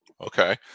Okay